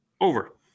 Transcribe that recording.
Over